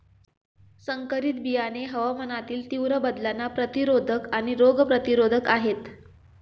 संकरित बियाणे हवामानातील तीव्र बदलांना प्रतिरोधक आणि रोग प्रतिरोधक आहेत